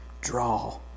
draw